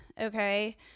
okay